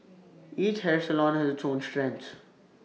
each hair salon has its own strengths